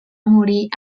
morir